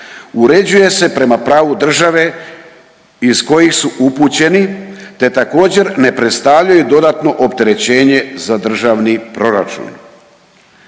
uređuje se prema pravu države iz kojih su upućeni, te također ne predstavljaju dodatno opterećenje za državni proračun.